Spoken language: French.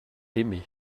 aimé